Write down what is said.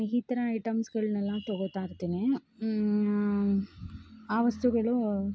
ಈ ಥರ ಐಟೆಮ್ಸ್ಗಳನೆಲ್ಲ ತೊಗೋತಾ ಇರ್ತೀನಿ ಆ ವಸ್ತುಗಳು